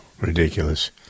ridiculous